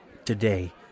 Today